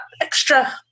extra